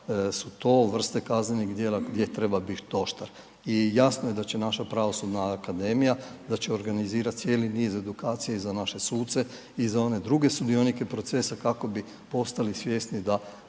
su to vrste kaznenih djela gdje treba biti oštar. I jasno je da će naša pravosudna akademija da će organizirati cijeli niz edukacija i za naše suce i za one druge sudionike procesa kako bi postali svjesni da